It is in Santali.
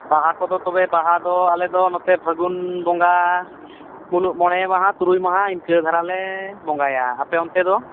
ᱵᱟᱦᱟ ᱠᱚᱫᱚ ᱛᱚᱵᱮ ᱵᱟᱦᱟᱫᱚ ᱟᱞᱮᱫᱚ ᱱᱚᱛᱮ ᱯᱷᱟᱹᱜᱩᱱ ᱵᱚᱸᱜᱟ ᱢᱩᱞᱩᱜ ᱢᱚᱬᱮ ᱢᱟᱦᱟ ᱛᱩᱨᱩᱭ ᱢᱟᱦᱟ ᱤᱱᱠᱟᱹ ᱫᱷᱟᱨᱟᱞᱮ ᱵᱚᱸᱜᱟᱭᱟ ᱟᱯᱮ ᱚᱱᱛᱮᱫᱚ